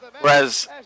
Whereas